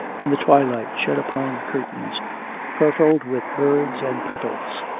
and the twilight shed upon curtains purfled with birds and petals.